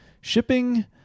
Shipping